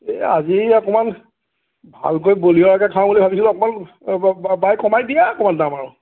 এই আজি অকমান ভালকৈ বলিয়ৰকে খাওঁ বুলি ভাবিছিলো অকণমান বাই কমাই দিয়া অকণমান দাম আৰু